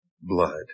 blood